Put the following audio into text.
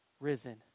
risen